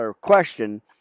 question